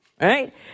right